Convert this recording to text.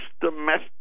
domestic